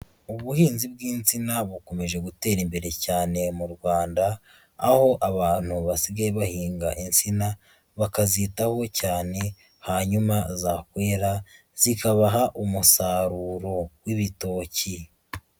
Ubuhinzi bw'insina bukomeje gutera imbere cyane mu Rwanda, aho abantu basigaye bahinga insina, bakazitaho cyane, hanyuma zakwera zikabaha umusaruro w'ibitoki.